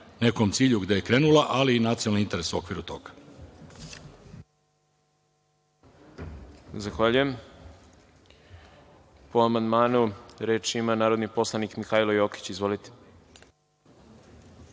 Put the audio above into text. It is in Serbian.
nekom cilju gde je krenula, ali i nacionalni interes u okviru toga.